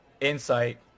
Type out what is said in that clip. Insight